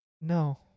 No